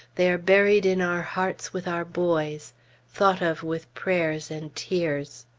they are buried in our hearts with our boys thought of with prayers and tears.